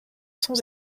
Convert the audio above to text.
sons